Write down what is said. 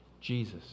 Jesus